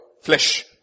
flesh